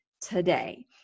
today